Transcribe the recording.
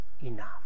enough